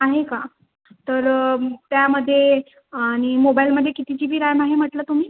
आहे का तर त्यामध्ये आणि मोबाईलमध्ये किती किती जी बी रॅम आहे म्हटलं तुम्ही